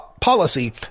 policy